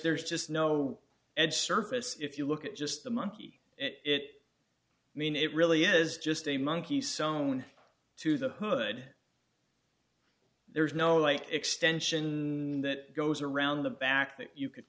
there's just no edge surface if you look at just the monkey it i mean it really is just a monkey sewn to the hood there's no extension in that goes around the back that you could